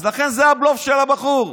אז לכן, זה הבלוף של הבחור.